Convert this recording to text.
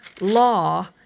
law